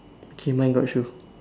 okay mine got shoe